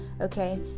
Okay